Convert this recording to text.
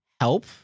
help